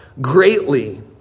greatly